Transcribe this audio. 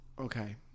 Okay